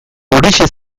horixe